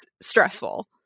stressful